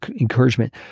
encouragement